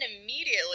immediately